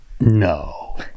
no